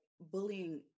bullying